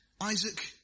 Isaac